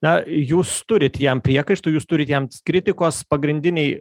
na jūs turit jam priekaištų jūs turit jam kritikos pagrindinei